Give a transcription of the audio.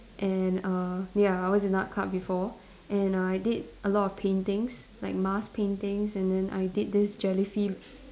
and err ya I was in art club before and I did a lot of paintings like Mars paintings and then I did this jellyfi~